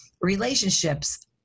relationships